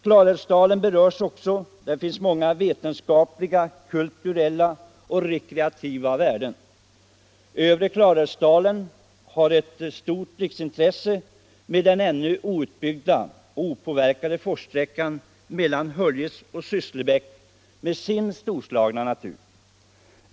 Klarälvsdalen har många vetenskapliga, kulturella och rekreativa värden. Övre Klarälvsdalen har ett riksintresse med den ännu outbyggda och opåverkade forssträckan mellan Höljes och Sysslebäck med sin storslagna natur.